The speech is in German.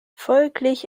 folglich